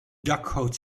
dakgoot